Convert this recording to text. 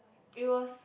it was